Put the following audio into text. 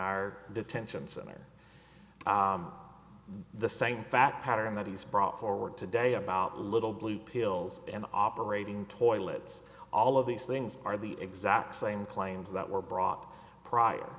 our detention center the same fact pattern that he's brought forward today about little blue pills and operating toilets all of these things are the exact same claims that were brought up prior